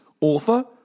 author